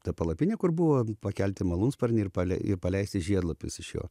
tą palapinę kur buvo pakelti malūnsparniai ir palei ir paleisti žiedlapius iš jo